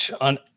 on